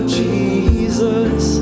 jesus